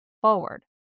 forward